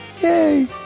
Yay